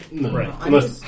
Right